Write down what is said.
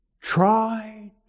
Tried